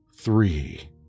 three